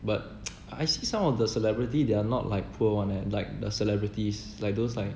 but I see some of the celebrity they are not like poor [one] leh like the celebrities like those like